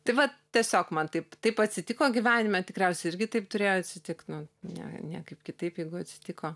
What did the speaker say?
tai vat tiesiog man taip taip atsitiko gyvenime tikriausiai irgi taip turėjo atsitikt nu ne niekaip kitaip jeigu atsitiko